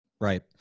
Right